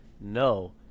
no